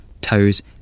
toes